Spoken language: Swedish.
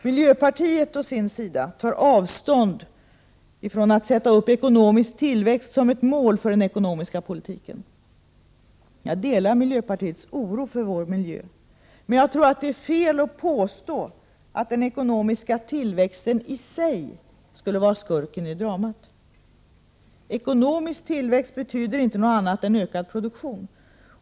Miljöpartiet, å sin sida, tar avstånd från tanken att man skall sätta upp ekonomisk tillväxt som ett mål för den ekonomiska politiken. Jag delar miljöpartiets oro för vår miljö, men jag tror att det är fel att påstå att den ekonomiska tillväxten i sig skulle vara skurken i dramat. Ekonomisk tillväxt betyder inte något annat än ökad produktion.